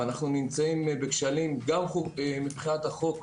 אנחנו בכשלים בעייתיים מאוד, גם מבחינת החוק,